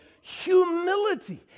humility